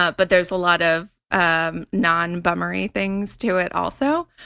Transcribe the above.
ah but there's a lot of um non-bummery things to it also.